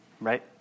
right